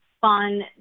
fun